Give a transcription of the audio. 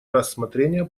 рассмотрения